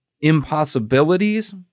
impossibilities